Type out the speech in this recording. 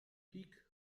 peak